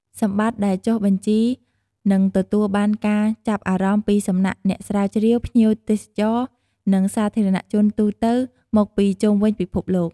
សម្បត្តិដែលចុះបញ្ជីនឹងទទួលបានការចាប់អារម្មណ៍ពីសំណាក់អ្នកស្រាវជ្រាវ ភ្ញៀវទេសចរ និងសាធារណជនទូទៅមកពីជុំវិញពិភពលោក។